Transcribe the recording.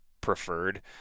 preferred